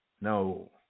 No